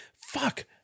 Fuck